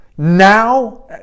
now